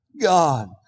God